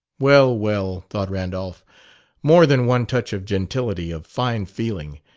well, well, thought randolph more than one touch of gentility, of fine feeling.